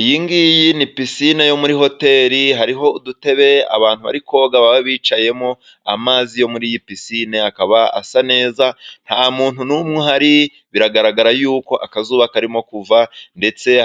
Iyi ngiyi ni pisine yo muri hoteli. Hariho udutebe abantu bari koga baba bicayemo. Amazi yo muri pisine akaba asa neza, nta muntu n’umwe uhari. Biragaragara yuko akazuba karimo kuva.